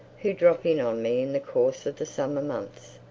who drop in on me in the course of the summer months.